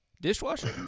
Dishwasher